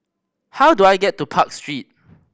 how do I get to Park Street